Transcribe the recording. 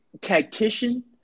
tactician